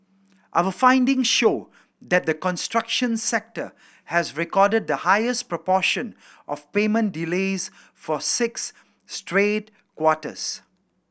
our finding show that the construction sector has recorded the highest proportion of payment delays for six straight quarters